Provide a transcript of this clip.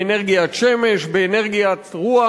באנרגיית שמש, באנרגיית רוח.